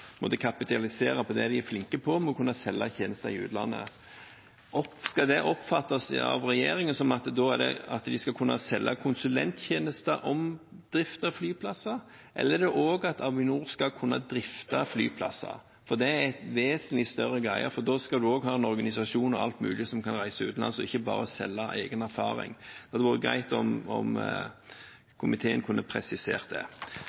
må kunne selge tjenester i utlandet. Skal det oppfattes av regjeringen som at da skal de kunne selge konsulenttjenester innen drift av flyplasser, eller er det at Avinor også skal kunne drifte flyplasser? Det er en vesentlig større greie, for da skal man også ha en organisasjon og alt mulig som kan reise utenlands, og ikke bare selge egen erfaring. Det hadde vært greit om komiteen kunne presisert det. Så litt om det